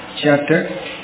chapter